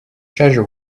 treasure